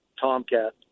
tomcat